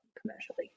commercially